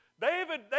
David